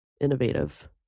innovative